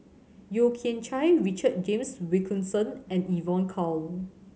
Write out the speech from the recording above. Yeo Kian Chye Richard James Wilkinson and Evon Kow